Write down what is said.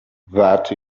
that